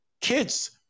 kids